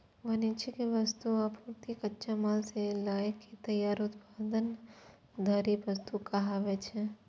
वाणिज्यिक वस्तु, आपूर्ति, कच्चा माल सं लए के तैयार उत्पाद धरि वस्तु कहाबै छै